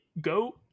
go